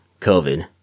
COVID